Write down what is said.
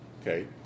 Okay